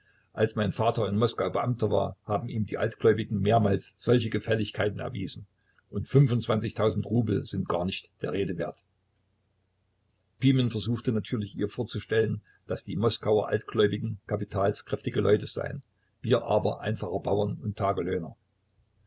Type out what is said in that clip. als mein vater in moskau beamter war haben ihm die altgläubigen mehrmals solche gefälligkeiten erwiesen und fünfundzwanzigtausend rubel sind gar nicht der rede wert pimen versuchte natürlich ihr vorzustellen daß die moskauer altgläubigen kapitalskräftige leute seien wir aber einfache bauern und taglöhner